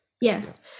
yes